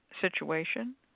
situation